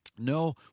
No